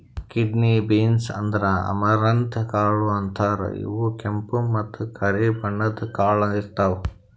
kidney beans ಅಂದ್ರ amaranth ಕಾಳ್ ಅಂತಾರ್ ಇವ್ ಕೆಂಪ್ ಮತ್ತ್ ಕರಿ ಬಣ್ಣದ್ ಕಾಳ್ ಇರ್ತವ್